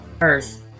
Earth